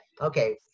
okay